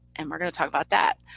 and we're going to talk about that.